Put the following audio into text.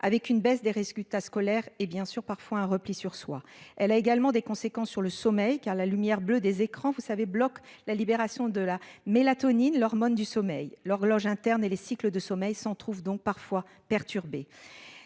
avec une baisse des risques Utah scolaire et bien sûr parfois un repli sur soi. Elle a également des conséquences sur le sommeil car la lumière bleue des écrans, vous savez bloque la libération de la mélatonine, l'hormone du sommeil, l'horloge interne et les cycles de sommeil s'en trouve donc parfois perturbé.